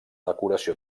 decoració